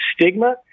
stigma